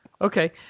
okay